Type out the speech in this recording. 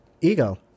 ego